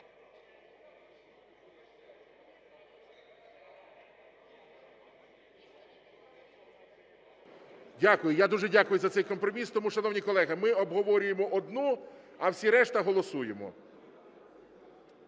Дякую, я дуже дякую за цей компроміс. Тому, шановні колеги, ми обговорюємо одну, а всі решта голосуємо.